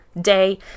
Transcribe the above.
day